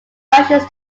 rushes